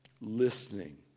listening